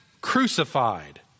crucified